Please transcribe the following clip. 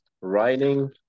writing